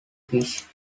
fish